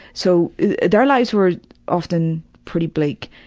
so their lives were often pretty bleak.